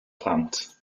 plant